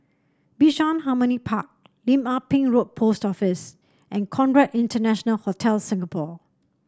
Bishan Harmony Park Lim Ah Pin Road Post Office and Conrad International Hotel Singapore